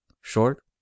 short